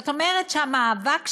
זאת אומרת שהמאבק שלנו,